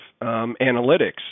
analytics